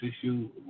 issue